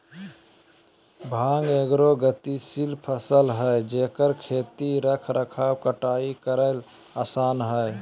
भांग एगो गतिशील फसल हइ जेकर खेती रख रखाव कटाई करेय आसन हइ